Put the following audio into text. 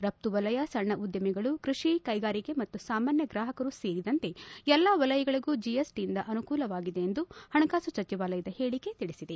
ರಘ್ತು ವಲಯ ಸಣ್ಣ ಉದ್ದಮಿಗಳು ಕೃಷಿ ಕೈಗಾರಿಕೆ ಮತ್ತು ಸಾಮಾನ್ಣ ಗ್ರಾಹಕರು ಸೇರಿದಂತೆ ಎಲ್ಲ ವಲಯಗಳಿಗೂ ಜಿಎಸ್ಟಿಯಿಂದ ಅನುಕೂಲವಾಗಿದೆ ಎಂದು ಹಣಕಾಸು ಸಚಿವಾಲಯದ ಹೇಳಿಕೆ ತಿಳಿಸಿದೆ